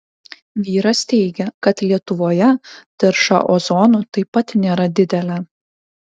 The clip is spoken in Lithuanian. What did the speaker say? vyras teigia kad lietuvoje tarša ozonu taip pat nėra didelė